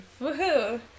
Woohoo